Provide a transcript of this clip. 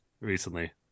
recently